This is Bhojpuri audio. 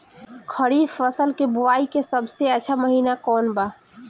खरीफ फसल के बोआई के सबसे अच्छा महिना कौन बा?